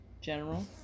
general